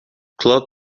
club